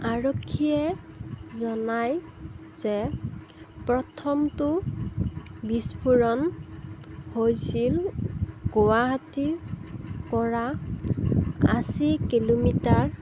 আৰক্ষীয়ে জনায় যে প্ৰথমটো বিস্ফোৰণ হৈছিল গুৱাহাটীৰপৰা আশী কিলোমিটাৰ